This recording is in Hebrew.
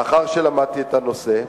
לאחר שלמדתי את הנושא,